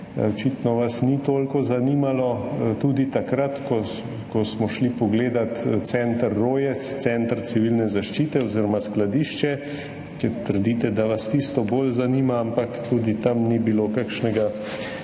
Očitno vas ni toliko zanimalo, tudi takrat, ko smo šli pogledat center Roje, center Civilne zaščite oziroma skladišče, trdite, da vas tisto bolj zanima, ampak tudi tam ni bilo kakšnega